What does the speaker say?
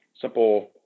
simple